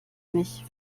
mich